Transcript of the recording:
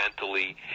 mentally